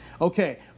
okay